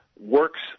works